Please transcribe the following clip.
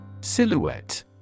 Silhouette